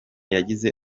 yagize